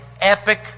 epic